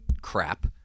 crap